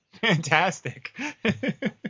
Fantastic